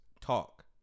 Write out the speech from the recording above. talk